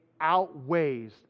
outweighs